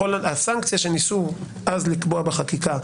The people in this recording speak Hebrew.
הסנקציה שניסו אז לקבוע בחקיקה,